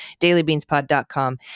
dailybeanspod.com